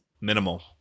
minimal